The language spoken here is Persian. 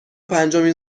پنجمین